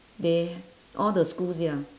they all the schools ya